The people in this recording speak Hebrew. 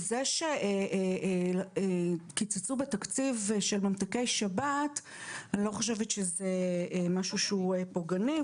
זה שקיצצו בתקציב של ממתקי שבת - אני לא חושבת שזה משהו שהוא פוגעני,